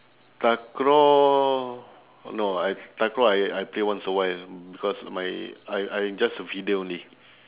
takraw no I takraw I I play once a while because my I I just a feeder only